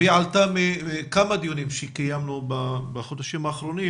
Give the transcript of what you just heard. הנקודה עלתה בכמה דיונים שקיימנו בחודשים האחרונים